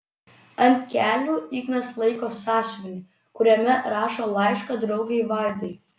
ant kelių ignas laiko sąsiuvinį kuriame rašo laišką draugei vaidai